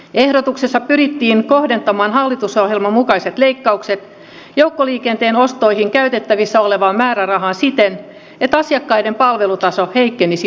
ehdotuksessa pyrittiin kohdentamaan hallitusohjelman mukaiset leikkaukset joukkoliikenteen ostoihin käytettävissä olevaan määrärahaan siten että asiakkaiden palvelutaso heikkenisi mahdollisimman vähän